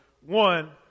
one